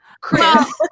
Chris